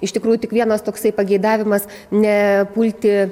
iš tikrųjų tik vienas toksai pageidavimas ne pulti